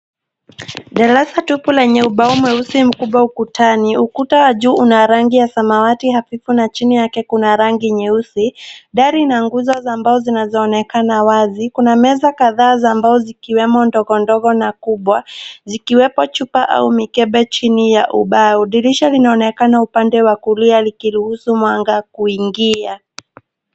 Darasa tupu lenye ubao mweusi mkubwa ukutani. Ukuta wa juu una rangi ya samawati hafifu na chini yake kuna rangi nyeusi. Dari na nguzo za mbao zinazoonekana wazi. Kuna meza kadhaa za mbao zikiwemo ndogondogo na kubwa, zikiwepo chupa au mikebe chini ya ubao. Dirisha linaonekana upande wa kulia likiruhusu mwanga kuingia.